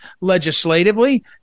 legislatively